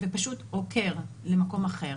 ופשוט עוקר למקום אחר,